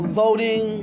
voting